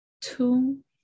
two